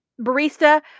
barista